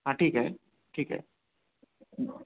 हां ठीक आहे ठीक आहे